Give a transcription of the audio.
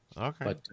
okay